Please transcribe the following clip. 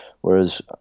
whereas